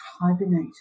hibernate